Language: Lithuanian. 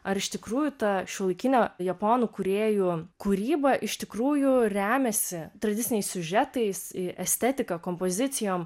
ar iš tikrųjų ta šiuolaikinio japonų kūrėjų kūryba iš tikrųjų remiasi tradiciniais siužetais į estetiką kompozicijom